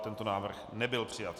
Tento návrh nebyl přijat.